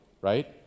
right